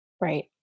Right